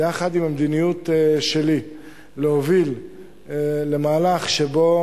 יחד עם המדיניות שלי להוביל למהלך שבו